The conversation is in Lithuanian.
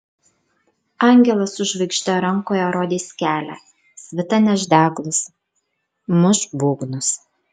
angelas su žvaigžde rankoje rodys kelią svita neš deglus muš būgnus